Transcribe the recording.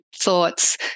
thoughts